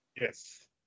Yes